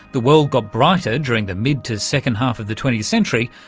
the world got brighter during the mid to second half of the twentieth century,